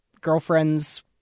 girlfriend's